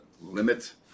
limit